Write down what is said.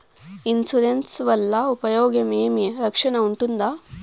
Insurance వల్ల ఉపయోగం ఏమి? రక్షణ ఉంటుందా?